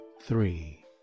three